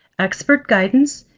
expert guidance,